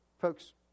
Folks